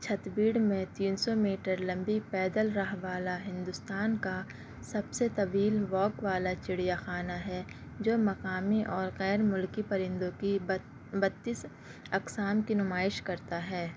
چھتبیڑ میں تین سو میٹر لمبی پیدل راہ والا ہندوستان کا سب سے طویل واک والا چڑیا خانہ ہے جو مقامی اور غیر ملکی پرندوں کی بتیس اقسام کی نمائش کرتا ہے